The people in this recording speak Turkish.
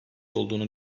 olduğunu